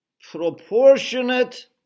proportionate